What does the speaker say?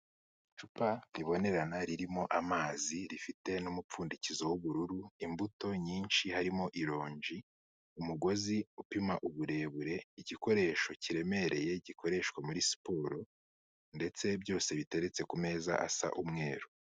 Icupa ribonerana ririmo amazi, rifite n'umupfundikizo w'ubururu, imbuto nyinshi, harimo ironji, umugozi upima uburebure, igikoresho kiremereye gikoreshwa muri siporo, ndetse byose biteretse ku meza asa umweru.